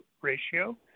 ratio